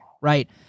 Right